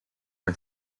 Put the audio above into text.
are